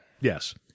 Yes